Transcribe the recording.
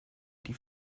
die